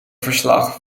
verslag